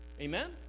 Amen